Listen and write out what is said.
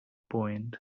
point